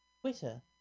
Twitter